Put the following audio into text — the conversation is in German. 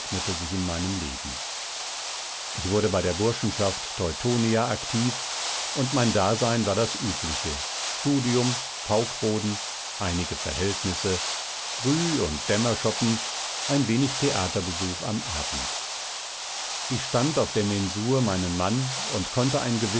sich in meinem leben ich wurde bei der burschenschaft teutonia aktiv und mein dasein war das übliche studium paukboden einige verhältnisse früh und dämmerschoppen ein wenig theaterbesuch am abend ich stand auf der mensur meinen mann und konnte ein